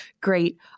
great